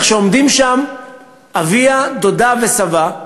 איך שעומדים שם אביה, דודה וסבה,